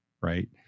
right